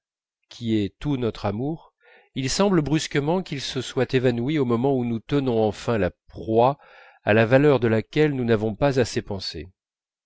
qui est tout notre amour il semble brusquement qu'il se soit évanoui au moment où nous tenons enfin la proie à la valeur de laquelle nous n'avons pas assez pensé